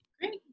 Great